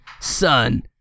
Son